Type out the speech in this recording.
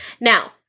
Now